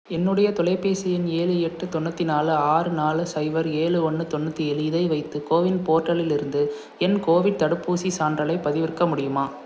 என்னுடைய தொலைபேசி எண் ஏழு எட்டு தொண்ணூற்றி நாலு ஆறு நாலு ஸைபர் ஏழு ஒன்று தொண்ணூற்றி ஏழு இதை வைத்து கோவின் போர்ட்டலிலிருந்து என் கோவிட் தடுப்பூசிச் சான்றலைப் பதிவிறக்க முடியுமா